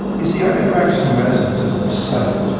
you see, i've been practicing medicine since the seventy so